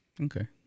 Okay